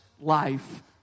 life